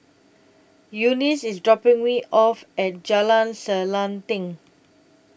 Eunice IS dropping Me off At Jalan Selanting